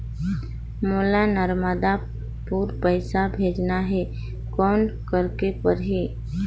मोला नर्मदापुर पइसा भेजना हैं, कौन करेके परही?